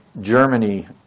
Germany